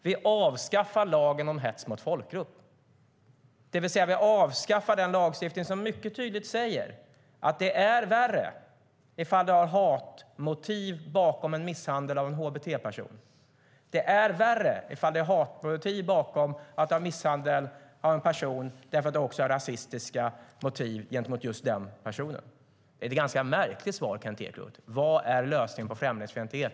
Vi avskaffar lagen om hets mot folkgrupp, det vill säga vi avskaffar den lagstiftning som mycket tydligt säger att det är värre ifall det finns hatmotiv bakom misshandel av en hbt-person och att det är värre ifall det är hatmotiv bakom misshandel av en person därför att det också finns rasistiska motiv gentemot just den personen. Är det inte ett ganska märkligt svar, Kent Ekeroth? Vad är lösningen på främlingsfientlighet?